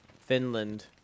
Finland